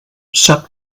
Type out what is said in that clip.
sap